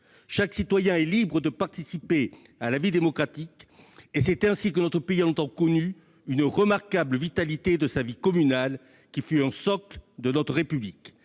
Chaque citoyen est libre de participer à la vie démocratique ; c'est ainsi que notre pays a longtemps connu une remarquable vitalité de sa vie communale, qui fut un socle de notre République.